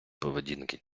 поведінки